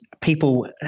people